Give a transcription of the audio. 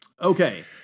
Okay